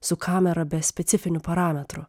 su kamera be specifinių parametrų